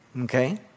okay